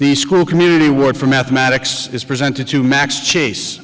the school community word for mathematics is presented to max chase